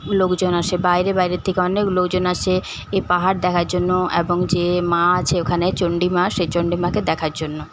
লোকজন আসে বাইরের বাইরের থেকে অনেক লোকজন আসে এই পাহাড় দেখার জন্য এবং যে মা আছে ওখানে চণ্ডীমা সেই চণ্ডীমাকে দেখার জন্য